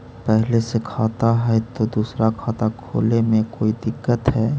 पहले से खाता है तो दूसरा खाता खोले में कोई दिक्कत है?